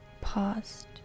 paused